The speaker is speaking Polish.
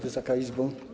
Wysoka Izbo!